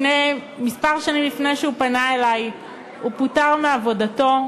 כמה שנים לפני שהוא פנה אלי הוא פוטר מעבודתו,